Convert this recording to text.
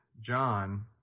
John –